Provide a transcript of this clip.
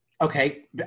Okay